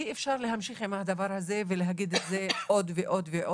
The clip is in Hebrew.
אי אפשר להמשיך עם הדבר הזה ולהגיד את זה עוד ועוד.